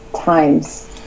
times